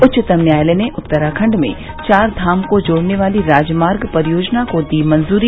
उच्चतम न्यायालय ने उत्तराखंड में चार धाम को जोड़ने वाली राजमार्ग परियोजना को दी मंजूरी